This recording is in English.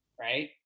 right